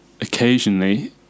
occasionally